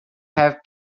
have